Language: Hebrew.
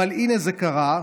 אבל הינה זה קרה.